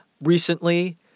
recently